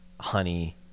honey